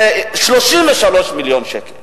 33 מיליון שקל.